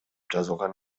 жазылган